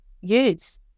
use